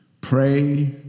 Pray